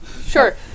Sure